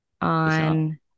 on